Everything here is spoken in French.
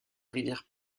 rivière